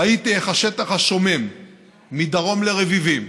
ראיתי איך השטח השומם מדרום לרביבים,